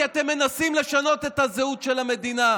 כי אתם מנסים לשנות את הזהות של המדינה.